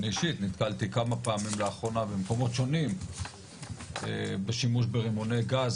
אני אישית נתקלתי כמה פעמים לאחרונה במקומות שונים בשימוש ברימוני גז,